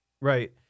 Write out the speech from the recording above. Right